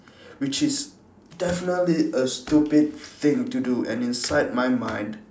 which is definitely a stupid thing to do and inside my mind